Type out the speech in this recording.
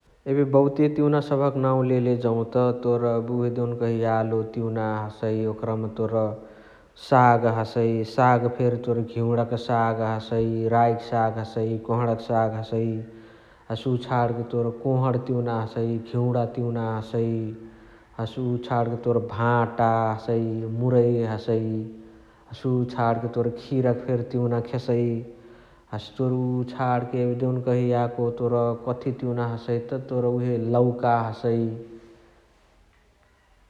एबे बहुते तिउना सबह क नाउ लेले जौत तोर उहे देउनकही यालो तिउना हसइ ओकरमा तोर साग हसइ । साग फेरी तोर घिउणा साग हसइ, राइक साग हसइ कोहणक साग हसइ । हसे उअ छणके तोर कोहणक तिउना हसइ, घिउणा तिउना हसइ । हसे उअ छणके तोर भाता हसइ, मुरइ हसइ । हसे उअ छणके तोर खिराक फेरी तिउना खेअसइ । हसे तोर उअ छणके देउनकही याको तोर कथी तिउना हसइ त तोर उहे लौका हसइ ।